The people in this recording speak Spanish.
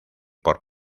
por